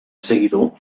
seguidor